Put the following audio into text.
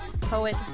poet